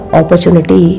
opportunity